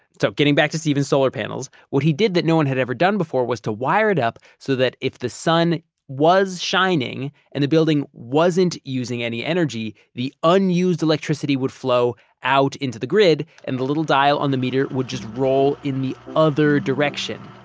so getting back to steven's solar panels, what he did that no one had ever done before was to wire it up so that if the sun was shining and the building wasn't using any energy, the unused electricity would flow out into the grid and the little dial on the meter would just roll in the other direction,